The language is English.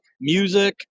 music